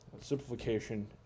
simplification